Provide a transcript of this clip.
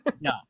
No